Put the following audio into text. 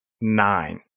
nine